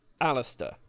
Alistair